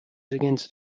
against